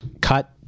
cut